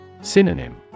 Synonym